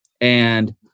And-